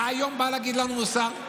אתה היום בא להטיף לנו מוסר?